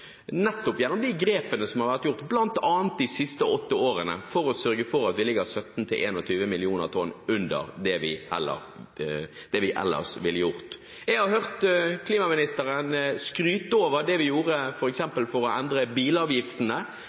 nettopp gjennom de grepene som ble tatt bl.a. de siste åtte årene for å sørge for at vi ligger 17–21 millioner tonn under det vi ellers ville gjort. Jeg har hørt klimaministeren skryte av det vi gjorde f.eks. for å endre bilavgiftene,